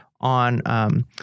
on